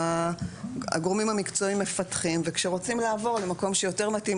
הגורמים המקצועיים מפתחים וכשרוצים לעבור למקום שיותר מתאים,